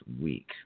week